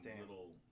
little